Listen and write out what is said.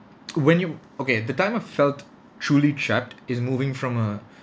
when you okay the time I felt truly trapped is moving from a